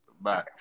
Bye